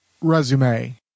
Resume